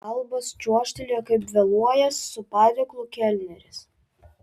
albas čiuožtelėjo kaip vėluojąs su padėklu kelneris